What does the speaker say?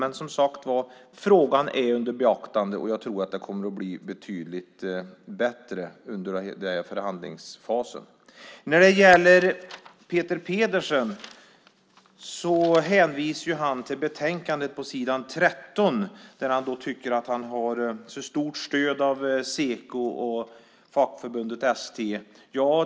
Men frågan är som sagt under beaktande, och jag tror att det kommer att bli betydligt bättre under förhandlingsfasen. Peter Pedersen hänvisar s. 13 i betänkandet och tycker att han har stort stöd av Seko och fackförbundet ST.